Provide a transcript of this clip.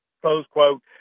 close-quote